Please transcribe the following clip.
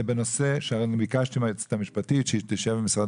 זה נושא שאני ביקשתי מהיועצת המשפטית שהיא תשב עם משרד